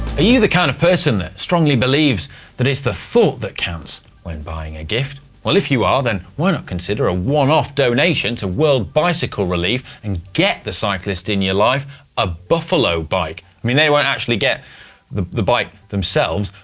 you the kind of person that strongly believes that it's the thought that counts when buying a gift? if you are, then why not consider a one-off donation to world bicycle relief and get the cyclist in your life a buffalo bike. i mean they won't actually get the the bike themselves,